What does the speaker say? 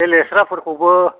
बे लेस्राफोरखौबो